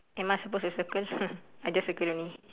am I supposed to circle I just circle only